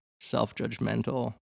self-judgmental